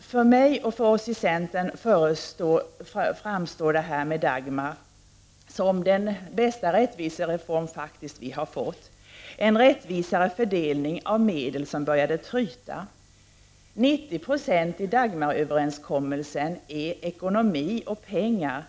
För mig och för oss i centern framstår Dagmarsystemet som den bästa rättvisereform som vi har fått genomförd. Den innebär att vi fått en rättvisare fördelning av medel som börjat tryta. 90 70 av Dagmaröverenskommelsen är ekonomi och pengar.